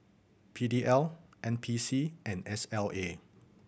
P D L N P C and S L A